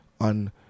on